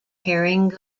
herring